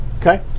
Okay